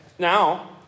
Now